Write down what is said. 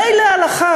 מילא הלכה,